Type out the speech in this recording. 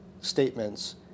statements